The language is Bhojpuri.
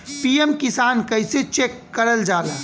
पी.एम किसान कइसे चेक करल जाला?